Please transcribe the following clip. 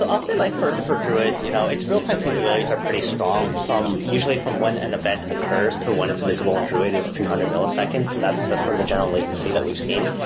ah i'll say like for for druid, you know it's real-time capabilities are pretty strong from usually from when an event occurs to when it's invisible in druid is a few hundred milliseconds. that's that's sort of the general latency that we've seen.